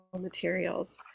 materials